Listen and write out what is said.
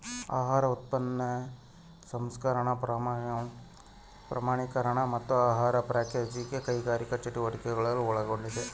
ಆಹಾರ ಉತ್ಪಾದನೆ ಸಂಸ್ಕರಣೆ ಪ್ರಮಾಣೀಕರಣ ಮತ್ತು ಆಹಾರ ಪ್ಯಾಕೇಜಿಂಗ್ ಕೈಗಾರಿಕಾ ಚಟುವಟಿಕೆಗಳನ್ನು ಒಳಗೊಂಡಿದೆ